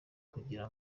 kugira